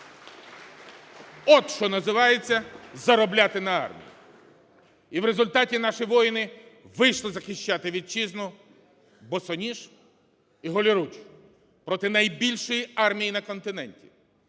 От що називається "заробляти на армії". І в результаті наші воїни вийшли захищати Вітчизну босоніж і голіруч проти найбільшої армії на континенті.